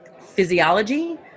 physiology